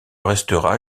restera